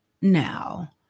now